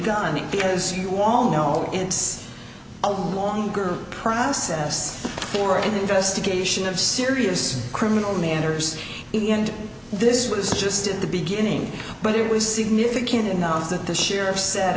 it because you all know it's a longer process for an investigation of serious criminal manners in the end this was just at the beginning but it was significant enough that the sheriff s